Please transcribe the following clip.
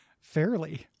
Fairly